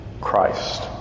Christ